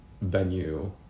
venue